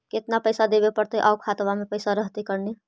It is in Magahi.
केतना पैसा देबे पड़तै आउ खातबा में पैसबा रहतै करने?